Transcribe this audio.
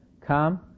Come